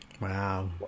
wow